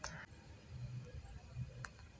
पूंजी मुख्यतः चारि तरहक होइत छैक